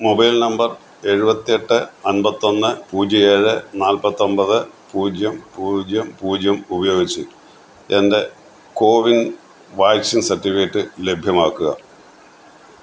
mobile number എഴുപത്തെട്ട് അൻപത്തൊന്ന് പൂജ്യം ഏഴ് നാല്പ്പത്തൊൻപത് പൂജ്യം പൂജ്യം പൂജ്യം ഉപയോഗിച്ച് എന്റെ കോവിൻ വാക്സിൻ സർട്ടിഫിക്കറ്റ് ലഭ്യമാക്കുക